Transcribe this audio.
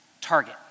Target